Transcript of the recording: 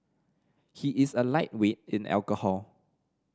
he is a lightweight in alcohol